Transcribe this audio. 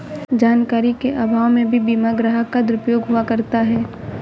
जानकारी के अभाव में भी बीमा ग्राहक का दुरुपयोग हुआ करता है